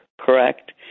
Correct